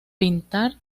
pintar